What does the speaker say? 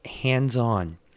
hands-on